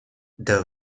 the